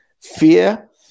Fear